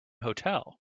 hotel